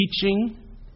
teaching